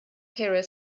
terror